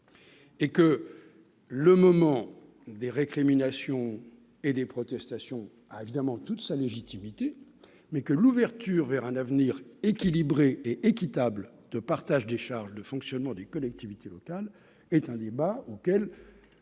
Et que le moment des récriminations et des protestations évidemment toute sa légitimité mais que l'ouverture vers un avenir équilibré et équitable de partage des charges de fonctionnement du collectivités locales est un débat auquel